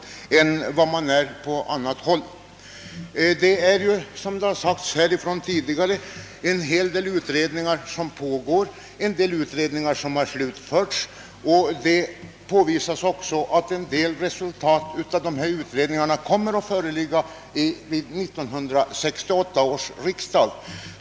Såsom tidigare i debatten har framhållits, pågår flera utredningar på detta område, och en del utredningar har även slutförts. Det har också påpekats att en del resultat av utredningarna kommer att föreligga vid 1968 års riksdag.